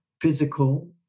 physical